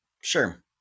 Sure